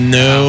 no